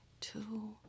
two